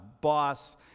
boss